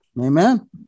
Amen